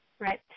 Right